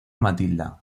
matilda